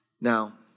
Now